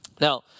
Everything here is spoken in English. Now